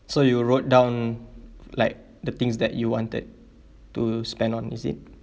so you wrote down like the things that you wanted to spend on is it